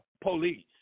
police